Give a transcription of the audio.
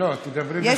חזקת הגיל הרך,